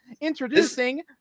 introducing